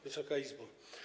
Wysoka Izbo!